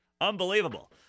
Unbelievable